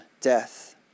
death